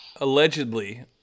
allegedly